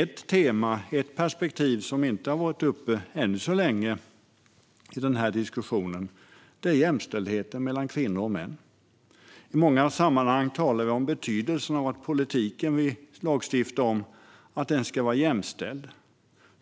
Ett tema och perspektiv som ännu så länge inte har varit uppe i diskussionen är jämställdheten mellan kvinnor och män. I många sammanhang talar vi om betydelsen av att den politik vi lagstiftar om ska vara jämställd.